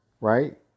right